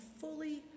fully